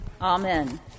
Amen